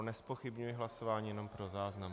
Nezpochybňuji hlasování, jenom pro záznam.